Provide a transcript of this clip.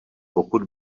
pokud